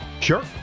Sure